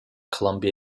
columbia